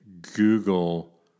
Google